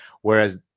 whereas